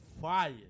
Fire